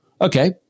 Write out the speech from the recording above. Okay